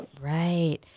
Right